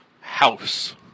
house